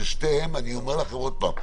שאני אומר לכם עוד פעם,